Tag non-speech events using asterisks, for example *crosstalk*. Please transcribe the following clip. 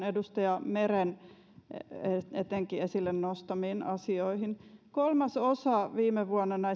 *unintelligible* edustaja meren esille nostamiin asioihin kolmasosa viime vuonna